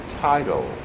title